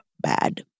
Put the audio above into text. bad